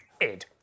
Ed